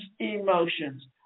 emotions